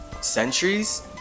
centuries